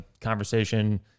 conversation